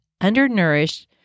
undernourished